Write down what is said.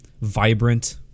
vibrant